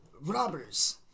robbers